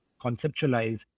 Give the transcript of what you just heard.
conceptualize